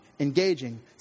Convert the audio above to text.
engaging